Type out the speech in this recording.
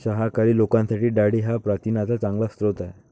शाकाहारी लोकांसाठी डाळी हा प्रथिनांचा चांगला स्रोत आहे